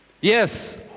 Yes